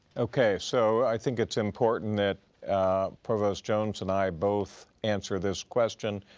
okay, so i think it's important that provost jones and i both answer this question